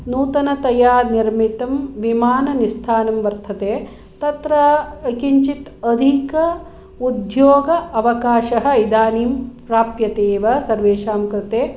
नूतनतया निर्मितं विमाननिस्थानं वर्तते तत्र किञ्चित् अधिक उद्योग अवकाशः इदानीं प्राप्यते एव सर्वेषां कृते